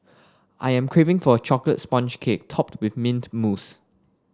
I am craving for a chocolate sponge cake topped with mint mousse